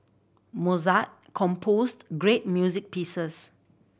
Mozart composed great music pieces